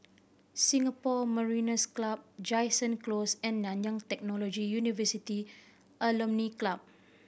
Singapore Mariners' Club Jansen Close and Nanyang Technological University Alumni Club